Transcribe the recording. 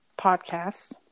Podcast